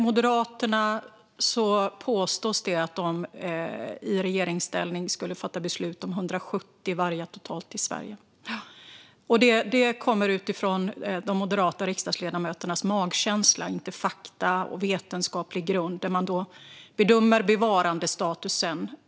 Moderaterna påstår att de i regeringsställning skulle fatta beslut om 170 vargar totalt i Sverige, detta utifrån de moderata riksdagsledamöternas magkänsla - inte fakta och vetenskaplig grund när man bedömer bevarandestatusen för varg i Sverige.